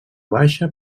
baixa